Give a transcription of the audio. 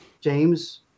James